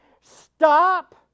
Stop